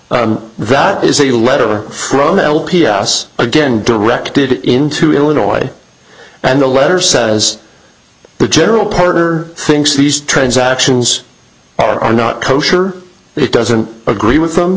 that is a letter from l p s again directed into illinois and the letter says the general partner thinks these transactions are not kosher but it doesn't agree with them